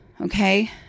Okay